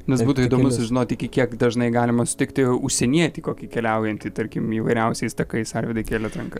nes būtų įdomu sužinoti iki kiek dažnai galima sutikti užsienietį kokį keliaujantį tarkim įvairiausiais takais arvydai kėlėt ranką